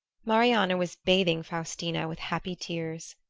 marianna was bathing faustina with happy tears.